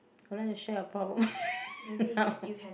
would like to share your problem how